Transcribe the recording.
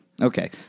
Okay